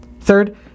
Third